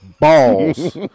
balls